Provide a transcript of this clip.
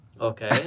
Okay